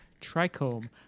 trichome